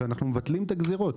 שאנחנו מבטלים את הגזרות.